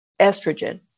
estrogen